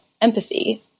empathy